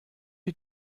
die